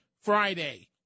Friday